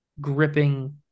gripping